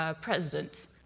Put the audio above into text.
president